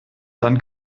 dann